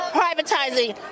privatizing